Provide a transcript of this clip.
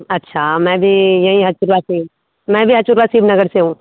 अच्छा मैं भी यहीं हचुरवा से ही मैं भी हचुरवा सिब नगर से हूँ